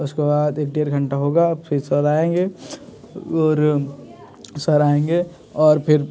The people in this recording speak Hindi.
उसके बाद एक डेढ़ घंटा होगा फिर सर आएँगे और सर आएँगे और फिर